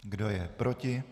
Kdo je proti?